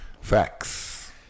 Facts